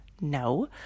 No